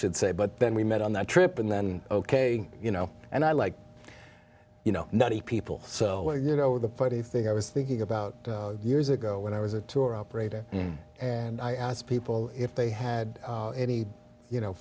should say but then we met on that trip and then ok you know and i like you know people so you know the funny thing i was thinking about years ago when i was a tour operator and i asked people if they had any you know